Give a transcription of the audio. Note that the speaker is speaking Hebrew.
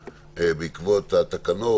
בוקר טוב לכולם,